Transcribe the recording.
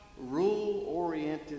rule-oriented